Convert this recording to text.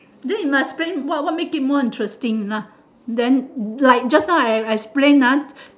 then you must say what what makes it more interesting lah then like just now I explain ah